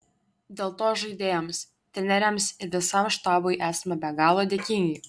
dėl to žaidėjams treneriams ir visam štabui esame be galo dėkingi